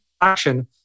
action